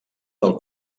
del